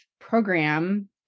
Program